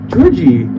Georgie